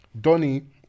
Donny